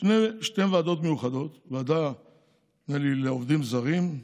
ויש שתי ועדות מיוחדות, הוועדה לעובדים זרים,